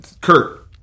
Kurt